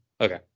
Okay